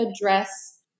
address